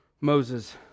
Moses